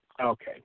Okay